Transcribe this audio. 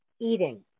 eating